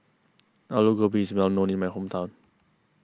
Alu Gobi is well known in my hometown